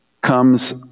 comes